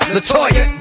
Latoya